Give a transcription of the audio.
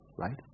right